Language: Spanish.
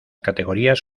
categorías